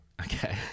Okay